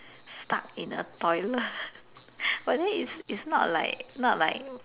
stuck in the toilet but then it's it's not like not like